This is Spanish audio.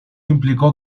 implicó